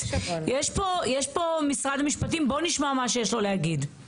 יש פה משרד המשפטים, בואו נשמע מה שיש לו להגיד.